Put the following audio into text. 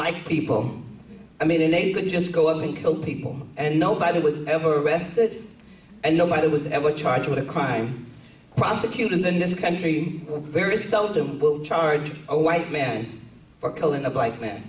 like people i mean unable to just go and kill people and nobody was ever arrested and nobody was ever charged with a cry i prosecutors in this country very seldom will charge a white man for killing a black man